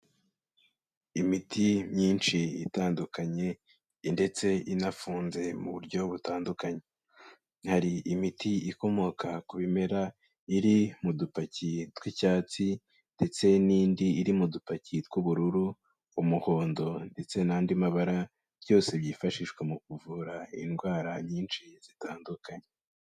Imiti myinshi itandukanye ndetse inafunze mu buryo butandukanye, hari imiti ikomoka ku bimera, iri mu dupaki tw'icyatsi ndetse n'indi iri mu dupaki tw'ubururu, umuhondo ndetse n'andi mabara, byose byifashishwa mu kuvura indwara nyinshi zitandukanye.